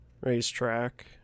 racetrack